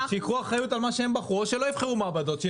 שייקחו אחריות על מה שהם בחרו או שלא יבחרו מעבדות.